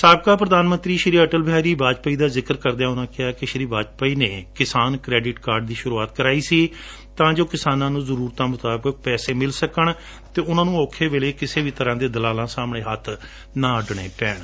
ਸਾਬਕਾ ਪ੍ਰਧਾਨ ਮੰਤਰੀ ਸ੍ਰੀ ਅਟਲ ਬਿਹਾਰੀ ਵਾਜਪੇਈ ਦਾ ਜ਼ਿਕਰ ਕਰਦਿਆਂ ਉਨ੍ਹਾਂ ਕਿਹਾ ਕਿ ਸ੍ਰੀ ਵਾਜਪੇਈ ਨੇ ਕਿਸਾਨ ਕ੍ਰੈਡਿਟ ਕਾਰਡ ਦੀ ਸੁਰੂਆਤ ਕਰਵਾਈ ਸੀ ਤਾਂ ਜੋ ਕਿਸਾਨਾਂ ਨੂੰ ਜ਼ਰੂਰਤ ਮੁਤਾਬਕ ਪੈਸੇ ਮਿਲ ਸਕਣ ਅਤੇ ਉਨ੍ਹਾਂ ਨੂੰ ਔਖੇ ਵੇਲੇ ਕਿਸੇ ਵੀ ਤਰ੍ਹਾਂ ਦੇ ਦਲਾਲਾਂ ਸਾਹਮਣੇ ਹੱਬ ਨਾ ਅੱਡਣੇ ਪੈਣ